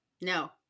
No